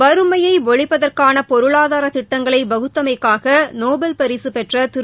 வறுமையை ஒழிப்பதற்கான பொருளாதாரத் திட்டங்களை வகுத்தமைக்காக நோபல் பரிசு பெற்ற திரு